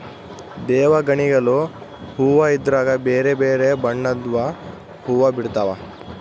ದೇವಗಣಿಗಲು ಹೂವ್ವ ಇದ್ರಗ ಬೆರೆ ಬೆರೆ ಬಣ್ಣದ್ವು ಹುವ್ವ ಬಿಡ್ತವಾ